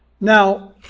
Now